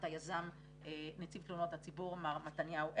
אותה יזם נציב תלונות הציבור, מר מתניהו אנגלמן,